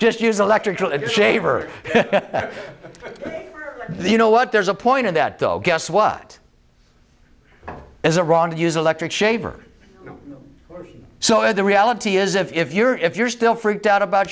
just use electric shaver the you know what there's a point of that though guess what is a wrong to use electric shaver so the reality is if you're if you're still freaked out about